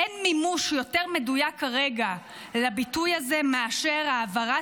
אין מימוש יותר מדויק כרגע לביטוי הזה מאשר העברת